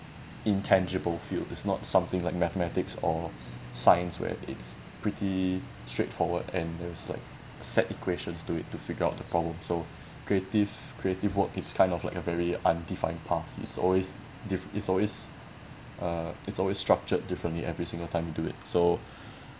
intangible field it's not something like mathematics or science where it's pretty straightforward and there's like a set equations do it to figure out the problem creative creative work it's kind of like a very undefined path it's always dif~ it's always uh it's always structured differently every single time you do it so